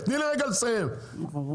לסיים, תני לי רגע לסיים, בסדר?